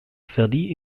verlieh